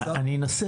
אני אנסה